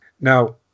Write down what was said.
Now